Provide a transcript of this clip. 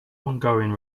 ongoing